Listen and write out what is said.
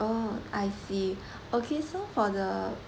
oh I see okay so for the